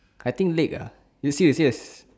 I think lake ah you serious serious